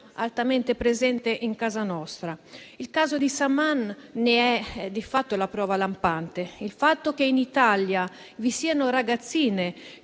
altamente presente in casa nostra. Il caso di Saman ne è la prova lampante. In Italia vi sono ragazzine